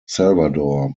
salvador